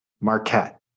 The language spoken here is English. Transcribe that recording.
Marquette